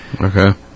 Okay